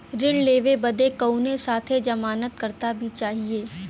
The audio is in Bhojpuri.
ऋण लेवे बदे कउनो साथे जमानत करता भी चहिए?